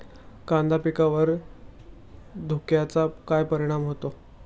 कांदा पिकावर धुक्याचा काय परिणाम होतो?